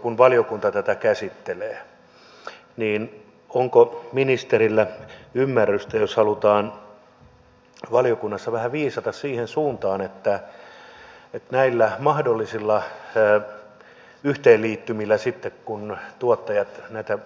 kun valiokunta tätä käsittelee niin onko ministerillä ymmärrystä jos halutaan valiokunnassa vähän viisata siihen suuntaan että näihin mahdollisiin yhteenliittymiin sitten kun tuottajat näitä